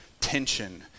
tension